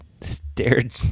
stared